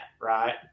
right